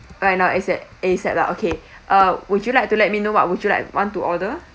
right now A set A set lah okay uh would you like to let me know what would you like want to order